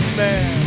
man